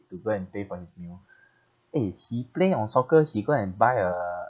to go and pay for his meal eh he play on soccer he go and buy a